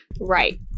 Right